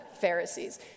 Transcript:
Pharisees